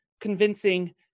convincing